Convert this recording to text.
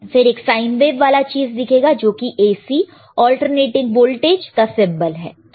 फिर एक sine wave वाला चीज दिखेगा जो कि AC अल्टरनेटिंग वोल्टेज का सिंबल है